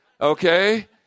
okay